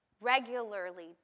regularly